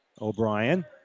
O'Brien